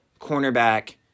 cornerback